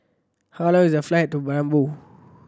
how long is the flight to Paramaribo